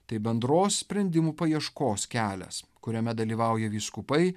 tai bendros sprendimų paieškos kelias kuriame dalyvauja vyskupai